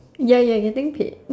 ya ya getting paid